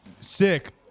Sick